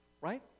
right